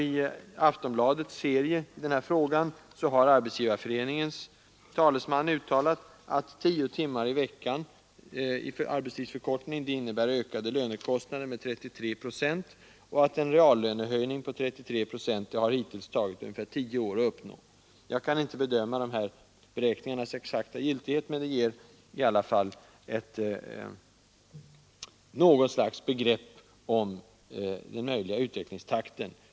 I Aftonbladets serie i den här frågan har Arbetsgivareföreningens talesman uttalat att tio timmar i veckan i arbetstidsförkortning innebär ökade lönekostnader med 33 procent och att det hittills tagit ungefär tio år att uppnå en reallönehöjning på 33 procent. Jag kan inte bedöma de här beräkningarnas exakta giltighet, men de ger i alla fall något slags begrepp om den möjliga utvecklingstakten.